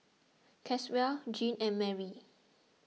Caswell Gene and Marry